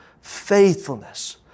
Faithfulness